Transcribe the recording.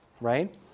Right